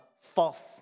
false